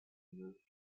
moved